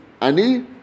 Ani